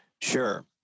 Sure